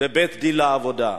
בבית-דין לעבודה.